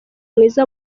mwiza